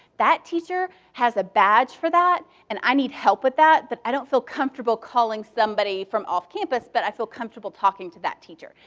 that teacher has a badge for that, and i need help with that, but i don't feel comfortable calling somebody from off campus but i feel comfortable talking to that teacher.